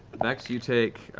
vex, you take,